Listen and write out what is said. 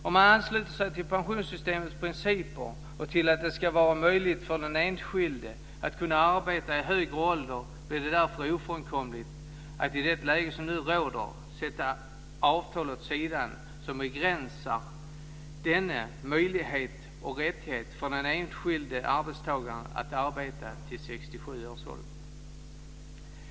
Om man ansluter sig till pensionssystemets principer och till att det ska vara möjligt för den enskilde att kunna arbeta i hög ålder blir det därför ofrånkomligt att i det läge som nu råder sätta avtal åt sidan som begränsar denna möjlighet och rättighet för den enskilde arbetstagaren att arbeta till 67 års ålder.